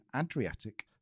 Adriatic